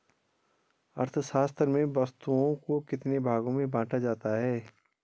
अर्थशास्त्र में वस्तुओं को कितने भागों में बांटा जाता है?